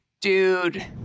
dude